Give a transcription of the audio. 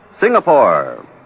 Singapore